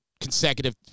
consecutive